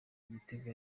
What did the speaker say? igitego